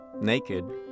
naked